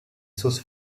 sauces